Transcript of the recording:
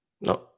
No